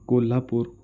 Kolhapur